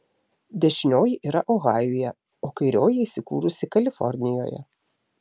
dešinioji yra ohajuje o kairioji įsikūrusi kalifornijoje